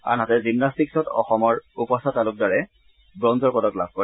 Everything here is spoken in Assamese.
আনহাতে জিমনাট্টিকছত অসমৰ উপাসা তালুকদাৰে ৱঞ্জৰ পদক লাভ কৰে